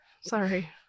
Sorry